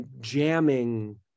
jamming